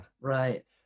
Right